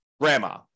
grandma